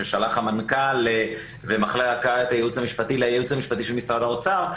ששלח המנכ"ל והייעוץ המשפטי לייעוץ המשפטי של משרד האוצר,